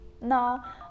Now